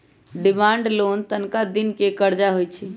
demand loan तनका दिन के करजा होइ छइ